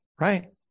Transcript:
right